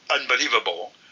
unbelievable